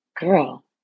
girl